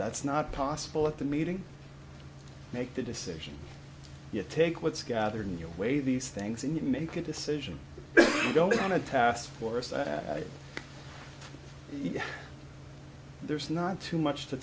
that's not possible at the meeting make the decisions you take what's gathered in your way these things and you make a decision you don't want to task force that there's not too much to